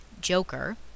joker